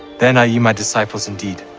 then are ye my disciples indeed